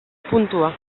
puntua